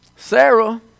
Sarah